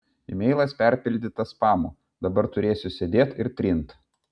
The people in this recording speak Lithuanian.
emailas perpildytas spamu dabar turėsiu sėdėt ir trint